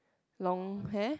long hair